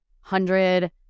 hundred